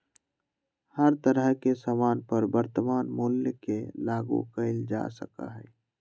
हर तरह के सामान पर वर्तमान मूल्य के लागू कइल जा सका हई